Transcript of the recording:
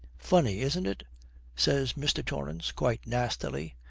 funny, isn't it says mr. torrance quite nastily.